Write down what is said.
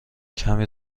کمی